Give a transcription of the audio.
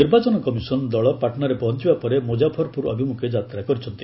ନିର୍ବାଚନ କମିସନ ଦଳ ପାଟ୍ନାରେ ପହଞ୍ଚୁବା ପରେ ମୁଜାଫରପୁର ଅଭିମୁଖେ ଯାତ୍ରା କରିଛନ୍ତି